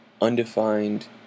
undefined